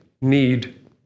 need